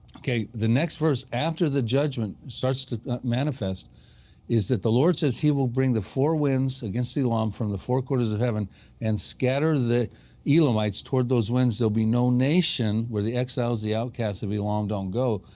ok, the next verse after the judgment starts to manifest is that the lord says he will bring the four winds against elam from the four corners of heaven and scatter the elamites towards those winds. there will be no nation, where the exiles, the outcasts of elam don't go.